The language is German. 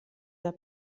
der